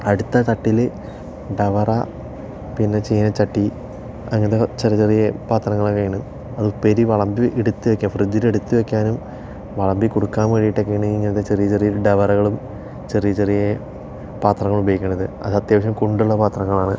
അടുത്ത തട്ടില് ഡവറ പിന്നെ ചീനച്ചട്ടി അങ്ങനത്തെ ചെറിയ ചെറിയ പാത്രങ്ങളൊക്കെയാണ് അത് ഉപ്പേരി വിളമ്പിയെടുത്ത് വയ്ക്കാൻ ഫ്രിഡ്ജിൽ എടുത്ത് വയ്ക്കാനും വളമ്പിക്കൊടുക്കാൻ വേണ്ടിയിട്ടൊക്കെയാണ് ഇങ്ങനത്തെ ചെറിയ ചെറിയ ഡവറകളും ചെറിയ ചെറിയ പാത്രങ്ങളും ഉപയോഗിക്കണത് അത് അത്യാവിശം കുണ്ടുള്ള പാത്രങ്ങളാണ്